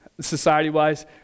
society-wise